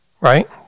Right